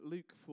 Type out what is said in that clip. Luke